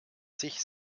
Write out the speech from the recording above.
sich